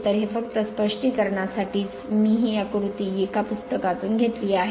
तर हे फक्त स्पष्टीकरणासाठीच मी हे आकृती एका पुस्तकातून घेतले आहे